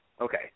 Okay